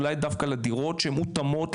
אולי דווקא לדירות שמותאמות,